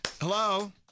Hello